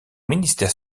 ministère